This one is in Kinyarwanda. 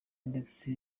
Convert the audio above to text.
ndetse